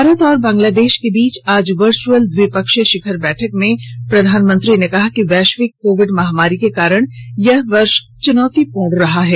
भारत और बांग्लांदेश के बीच आज वर्च्अल द्विपक्षीय शिखर बैठक में प्रधानमंत्री ने कहा कि वैश्विक कोविड महामारी के कारण यह वर्ष चुनौतीपूर्ण रहा है